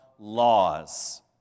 laws